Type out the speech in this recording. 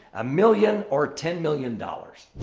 a million or ten million dollars.